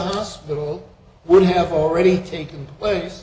hospital would have already taken place